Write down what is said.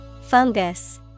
Fungus